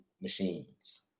machines